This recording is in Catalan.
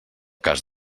cas